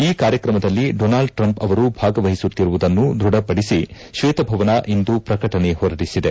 ಈ ಕಾರ್ಯಕ್ರಮದಲ್ಲಿ Donald Trump ಅವರು ಭಾಗವಹಿಸುತ್ತಿರುವುದನ್ನು ದೃಢಪಡಿಸಿ ಕ್ವೇತಭವನ ಇಂದು ಪ್ರಕಟಣೆ ಹೊರಡಿಸಿದೆ